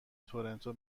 تورنتو